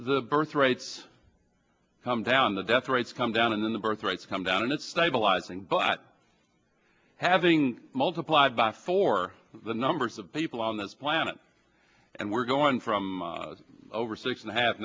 the birth rates come down death rates come down and then the birth rates come down and it's stabilizing but having multiplied by for the numbers of people on this planet and we're going from over six and a half